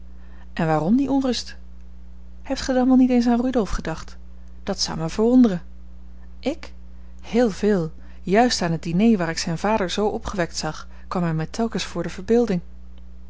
en waarom die onrust hebt gij dan niet wel eens aan rudolf gedacht dat zou mij verwonderen ik heel veel juist aan het diner waar ik zijn vader zoo opgewekt zag kwam hij mij telkens voor de verbeelding